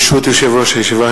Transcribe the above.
ברשות יושב-ראש הישיבה,